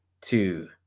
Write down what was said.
two